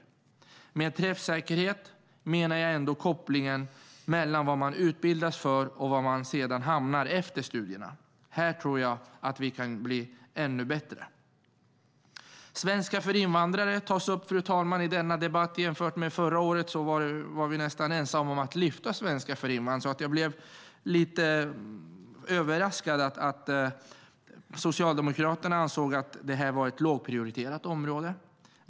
Vad gäller träffsäkerhet syftar jag på kopplingen mellan vad man utbildas för och var man sedan hamnar efter studierna. Här tror jag att vi kan bli ännu bättre. Svenska för invandrare tas upp i denna debatt, fru talman. Förra året var vi nästan ensamma om att lyfta fram svenska för invandrare. Jag blev därför lite överraskad när Socialdemokraterna menade att det var ett lågprioriterat område för oss.